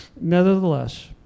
nevertheless